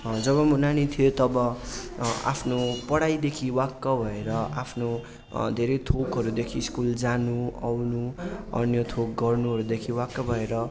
जब म नानी थिएँ तब आफ्नो पढाइदेखि वाक्क भएर आफ्नो धेरै थोकहरूदेखि स्कुल जानु आउनु अन्य थोक गर्नुहरूदेखि वाक्क भएर